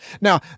Now